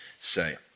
say